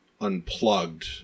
Unplugged